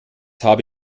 habe